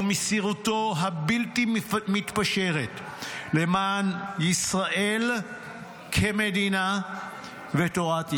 עם מסירותו הבלתי מתפשרת למען ישראל כמדינה ותורת ישראל.